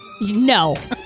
No